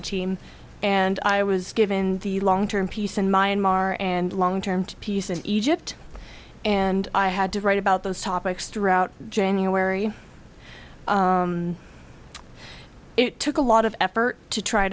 the team and i was given the long term peace in mind maher and long term to peace in egypt and i had to write about those topics throughout january it took a lot of effort to try